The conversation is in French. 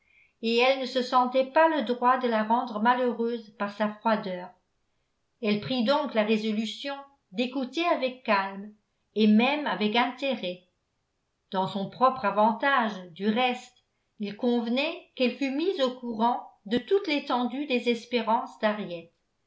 et elle ne se sentait pas le droit de la rendre malheureuse par sa froideur elle prit donc la résolution d'écouter avec calme et même avec intérêt dans son propre avantage du reste il convenait qu'elle fût mise au courant de toute l'étendue des espérances